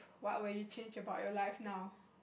what would you change about your life now